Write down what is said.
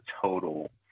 total